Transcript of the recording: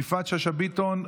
יפעת שאשא ביטון,